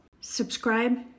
subscribe